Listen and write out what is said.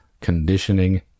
conditioning